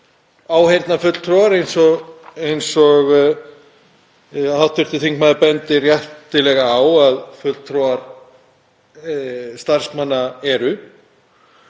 áheyrnarfulltrúar, eins og hv. þingmaður bendir réttilega á að fulltrúar starfsmanna séu.